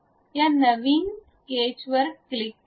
या नवीन कॅच स्केचवर क्लिक करा